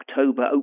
October